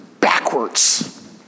backwards